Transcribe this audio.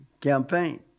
campaign